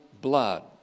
blood